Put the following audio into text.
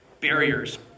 Barriers